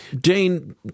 Dane